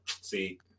see